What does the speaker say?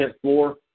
floor